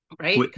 Right